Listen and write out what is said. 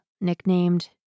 nicknamed